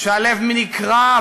שהלב נקרע,